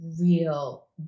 real